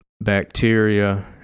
bacteria